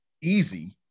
easy